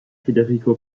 federico